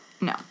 no